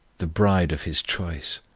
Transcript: the bride of his choice.